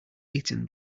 eaten